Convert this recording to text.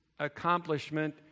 accomplishment